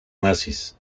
nazis